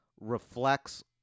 reflects